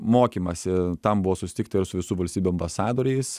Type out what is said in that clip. mokymąsi tam buvo susitikta ir su visų valstybių ambasadoriais